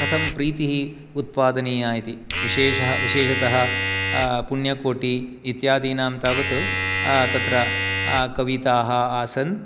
कथं प्रीतिः उत्पादनीया इति विशेषः विशेषतः पुण्यकोटी इत्यादीनां तावत् तत्र कविताः आसन्